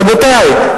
רבותי,